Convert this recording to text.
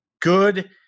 good